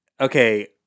Okay